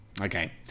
okay